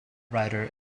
ryder